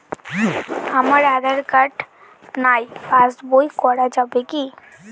আমার আঁধার কার্ড নাই পাস বই করা যাবে কি?